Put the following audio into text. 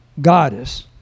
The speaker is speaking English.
goddess